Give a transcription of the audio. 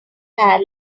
had